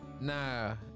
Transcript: Nah